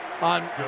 On